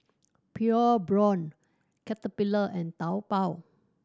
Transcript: Pure Blonde Caterpillar and Taobao